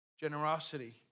generosity